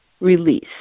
Release